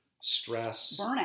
stress